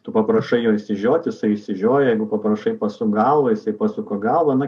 tu paprašai jo išsižiot jisai išsižioja jeigu paprašai pasuk galvą jisai pasuka galvą na